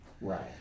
right